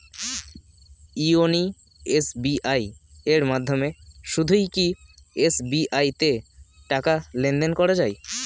YONO SBI এর মাধ্যমে শুধুই কি এস.বি.আই তে টাকা লেনদেন করা যায়?